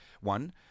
one